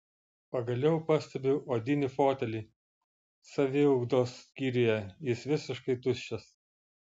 pagaliau pastebiu odinį fotelį saviugdos skyriuje jis visiškai tuščias